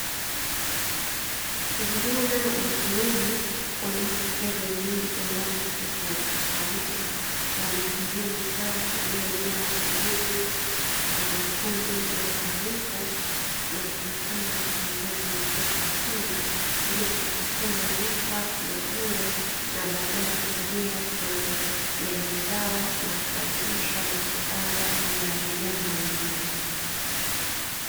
Vijana wa kiume wanaotokea jamii ya watu tofautitofauti, wamekimbia mitaa iliyojaa vurugu na makundi ya uhalifu, na kujitenga kuingia kwenye chuo cha ufundi ili kujipatia maarifa mazuri, na baadaye kurejea kwenye jamii zao na kubadilisha mitazamo ya vijana wengine.